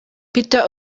peter